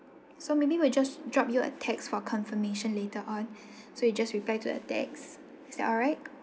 so maybe we'll just drop you a text for confirmation later on so you just reply to the text is that all right